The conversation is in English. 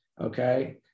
okay